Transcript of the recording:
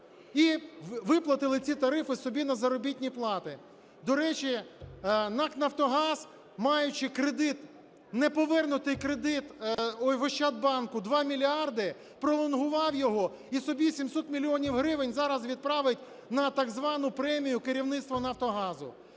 і виплатили ці тарифи собі на заробітні плати До речі, НАК "Нафтогаз", маючи кредит, неповернутий кредит в "Ощадбанку" 2 мільярди, пролонгував його і собі 700 мільйонів гривень зараз відправить на так звану премію керівництва "Нафтогазу".